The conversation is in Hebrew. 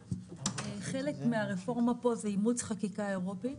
חלק מהרפורמה פה זה אימוץ חקיקה אירופית.